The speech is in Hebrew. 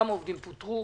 כמה עובדים פוטרו,